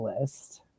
list